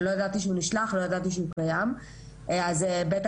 אני לא ידעתי שהוא נשלח,